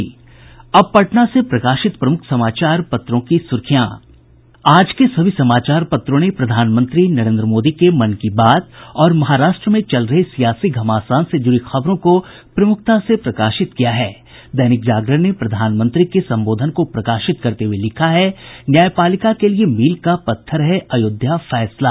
अब पटना से प्रकाशित प्रमुख समाचार पत्रों की सुर्खियां आज के सभी समाचार पत्रों ने प्रधानमंत्री नरेन्द्र मोदी के मन की बात और महाराष्ट्र में चल रहे सियासी घमासान से जुड़ी खबरों को प्रमुखता से प्रकाशित किया है दैनिक जागरण ने प्रधानमंत्री के संबोधन को प्रकाशित करते हुये लिखा है न्यायपालिका के लिए मील का पत्थर है अयोध्या फैसला